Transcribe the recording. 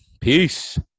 Peace